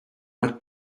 not